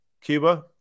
Cuba